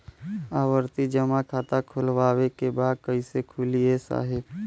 आवर्ती जमा खाता खोलवावे के बा कईसे खुली ए साहब?